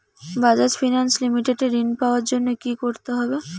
Bajaj finance limited এ ঋন পাওয়ার জন্য কি করতে হবে?